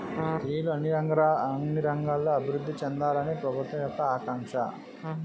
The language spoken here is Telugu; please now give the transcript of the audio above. స్త్రీలు అన్ని రంగాల్లో అభివృద్ధి చెందాలని ప్రభుత్వం యొక్క ఆకాంక్ష